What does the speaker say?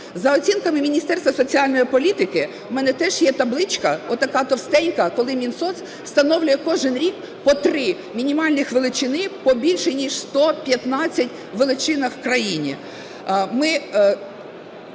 За оцінками Міністерства соціальної політики, у мене теж є табличка така товстенька, коли Мінсоц встановлює кожен рік по три мінімальні величини по більше ніж 115 величинах в країні.